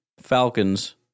falcons